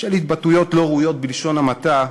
בשל התבטאויות לא ראויות, בלשון המעטה,